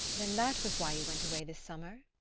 then that was why you went away this summer?